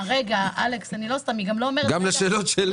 אלכס, רגע -- גם לשאלות שלי